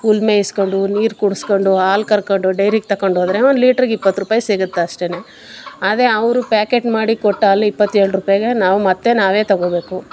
ಹುಲ್ಲು ಮೇಯಿಸಿಕೊಂಡು ನೀರು ಕುಡಿಸಿಕೊಂಡು ಹಾಲು ಕರ್ಕೊಂಡು ಡೈರಿಗೆ ತಗೊಂಡೋದ್ರೆ ಒಂದು ಲೀಟ್ರಿಗೆ ಇಪ್ಪತ್ತು ರೂಪಾಯಿ ಸಿಗುತ್ತೆ ಅಷ್ಟೆನೆ ಅದೇ ಅವರು ಪ್ಯಾಕೇಟ್ ಮಾಡಿ ಕೊಟ್ಟ ಹಾಲು ಇಪ್ಪತ್ತೇಳು ರೂಪಾಯಿಗೆ ನಾವು ಮತ್ತೆ ನಾವೇ ತಗೊಳ್ಬೇಕು